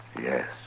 Yes